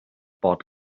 bought